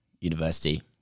University